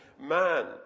man